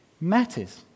matters